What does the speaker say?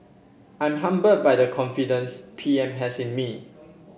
I'm humbled by the confidence P M has in me